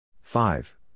five